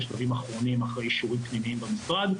בשלבים אחרונים אחרי אישורים פנימיים במשרד.